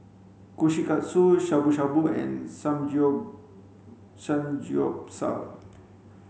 Kushikatsu Shabu Shabu and Samgyeopsal